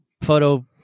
photo